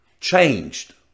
changed